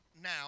now